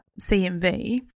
CMV